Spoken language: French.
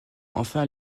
enfin